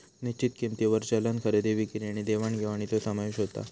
निश्चित किंमतींवर चलन खरेदी विक्री आणि देवाण घेवाणीचो समावेश होता